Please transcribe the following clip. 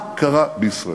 מה קרה בישראל?